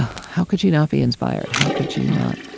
how could you not be inspired? how could you not